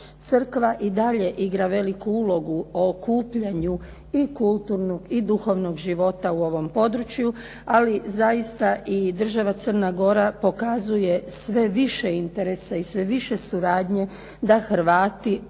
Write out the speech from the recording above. Crkva i dalje igra veliku ulogu o okupljanju i kulturnog i duhovnog života u ovom području, ali zaista i država Crna Gora pokazuje sve više interesa i sve više suradnje da Hrvati ostanu